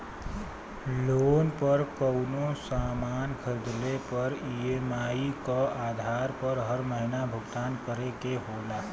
loan पर कउनो सामान खरीदले पर ई.एम.आई क आधार पर हर महीना भुगतान करे के होला